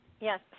Yes